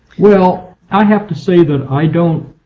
well i have to say that i don't,